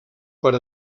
per